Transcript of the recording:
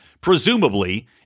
presumably